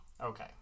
Okay